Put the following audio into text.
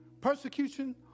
persecution